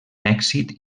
èxit